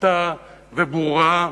פשוטה וברורה.